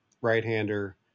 right-hander